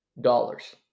dollars